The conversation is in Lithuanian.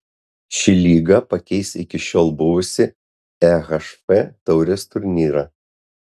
ši lyga pakeis iki šiol buvusį ehf taurės turnyrą